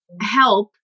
help